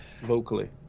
vocally